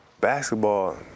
Basketball